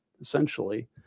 essentially